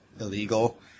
illegal